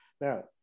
now